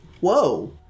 whoa